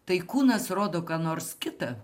tai kūnas rodo ką nors kita